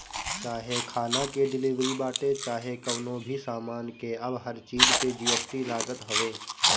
चाहे खाना के डिलीवरी बाटे चाहे कवनो भी सामान के अब हर चीज पे जी.एस.टी लागत हवे